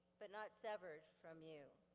but not severed from you.